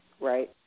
Right